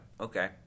okay